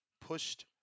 pushed